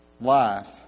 life